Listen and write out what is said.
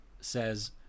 says